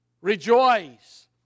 Rejoice